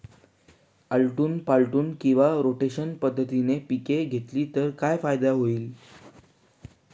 आलटून पालटून किंवा रोटेशन पद्धतीने पिके घेतली तर काय फायदा होईल?